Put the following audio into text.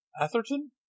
Atherton